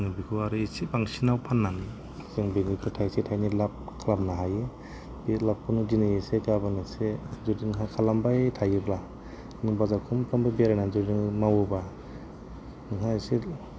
जोङो बिखौ आरो एसे बांसिनाव फाननानै जों बेनिफ्राय थाइसे थाइनै लाब खालामनो हायो बे लाबखौनो दिनै एसे गाबोन एसे जुदि नोंहा खालामबाय थायोब्ला नों बाजार खनफ्रामबो बेरायनानै मावोबा नोंहा एसे